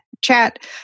chat